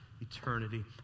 eternity